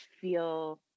feel